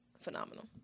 phenomenal